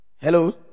Hello